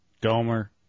Gomer